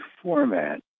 format